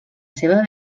seva